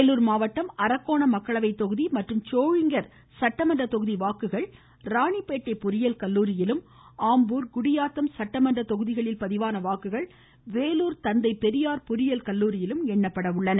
வேலூர் மாவட்டம் அரக்கோணம் மக்களவை தொகுதி மற்றும் சோளிங்கர் சட்டமன்ற தொகுதி வாக்குகள் ராணிப்பேட்டை பொறியியல் கல்லூரியிலும் ஆம்பூர் குடியாத்தம் சட்டமன்ற தொகுதிகளுக்கு பதிவான வாக்குகள் வேலூர் தந்தை பெரியார் பொறியியல் கல்லூரியில் எண்ணப்படுகின்றன